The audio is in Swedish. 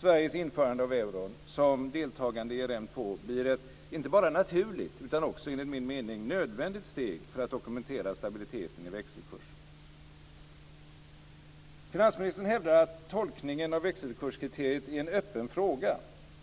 Sveriges införande av euron som deltagande i ERM2 blir ett inte bara naturligt utan också, enligt min mening, nödvändigt steg för att man ska kunna dokumentera stabiliteten i växelkursen. Finansministern hävdar att tolkningen av växelkurskriteriet är en öppen fråga.